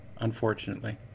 Unfortunately